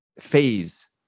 phase